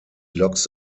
loks